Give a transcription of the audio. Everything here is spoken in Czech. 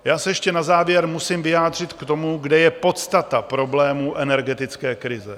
Já se ještě na závěr musím vyjádřit k tomu, kde je podstata problému energetické krize.